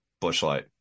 Bushlight